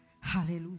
Hallelujah